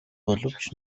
боловч